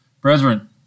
Brethren